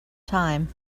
time